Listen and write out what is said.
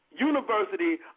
University